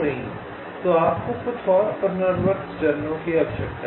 तो आपको कुछ और पुनरावृत्त चरणों की आवश्यकता है